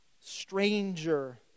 stranger